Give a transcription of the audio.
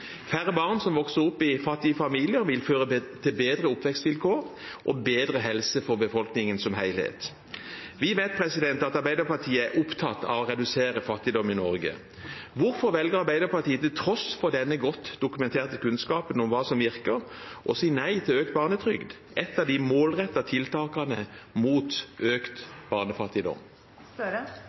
Færre barn som vokser opp i fattige familier, vil føre til bedre oppvekstsvilkår og bedre helse for befolkningen som helhet. Vi vet at Arbeiderpartiet er opptatt av å redusere fattigdom i Norge. Hvorfor velger Arbeiderpartiet, til tross for denne godt dokumenterte kunnskapen om hva som virker, å si nei til økt barnetrygd, et av de målrettede tiltakene mot økt